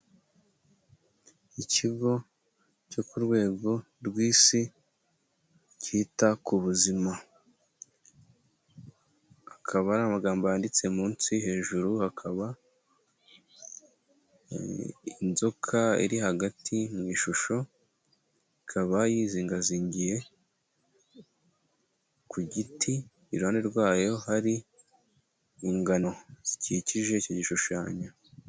Ikigo cyo ku rwego rw'isi kita ku buzima, akaba ari amagambo yanditse munsi, hejuru hakaba inzoka iri hagati mu ishusho, ikaba yizingazingiye ku giti, iruhande rwayo hari ingano zikikije icyo gishushanyo.